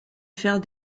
faire